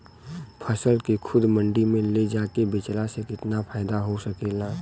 फसल के खुद मंडी में ले जाके बेचला से कितना फायदा हो सकेला?